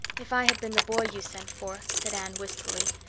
if i had been the boy you sent for, said anne wistfully,